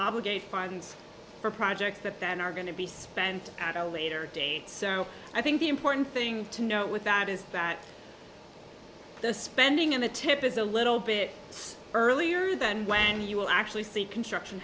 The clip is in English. obligate funds for projects that then are going to be spent at a later date so i think the important thing to note with that is that the spending in the tip is a little bit earlier than when you actually see construction